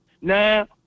Now